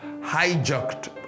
hijacked